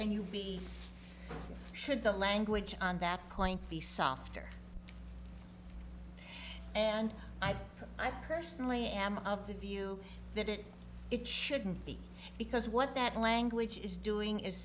would be should the language on that point be softer and i i personally am of the view that it it shouldn't be because what that language is doing is